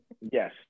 Yes